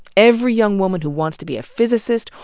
every young woman who wants to be a physicist,